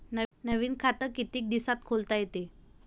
नवीन खात कितीक दिसात खोलता येते?